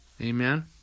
Amen